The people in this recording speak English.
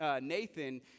Nathan